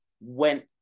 went